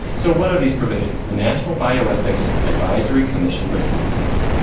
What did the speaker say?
so what are these provisions? the national bioethics advisory commission listed six,